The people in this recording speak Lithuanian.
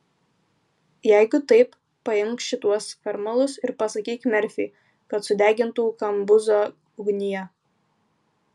jeigu taip paimk šituos skarmalus ir pasakyk merfiui kad sudegintų kambuzo ugnyje